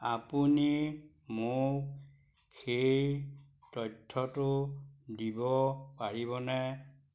আপুনি মোক সেই তথ্যটো দিব পাৰিবনে